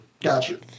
Gotcha